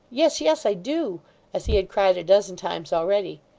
yes, yes, i do as he had cried a dozen times already.